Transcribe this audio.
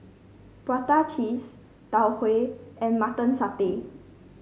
Prata Cheese Tau Huay and Mutton Satay